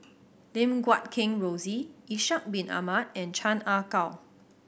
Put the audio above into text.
Lim Guat Kheng Rosie Ishak Bin Ahmad and Chan Ah Kow